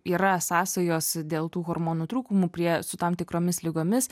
yra sąsajos dėl tų hormonų trūkumų prie su tam tikromis ligomis